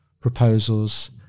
proposals